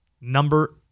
Number